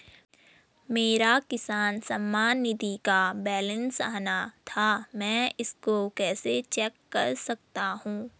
मेरा किसान सम्मान निधि का बैलेंस आना था मैं इसको कैसे चेक कर सकता हूँ?